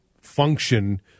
function